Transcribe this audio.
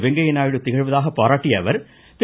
வெங்கய்ய நாயுடு திகழ்வதாக பாராட்டிய அவர் திரு